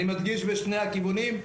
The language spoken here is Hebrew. אני מדגיש בשני הכיוונים.